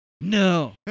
No